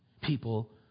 People